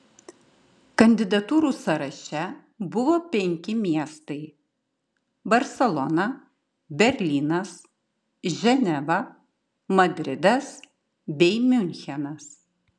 kandidatūrų sąraše buvo penki miestai barselona berlynas ženeva madridas bei miunchenas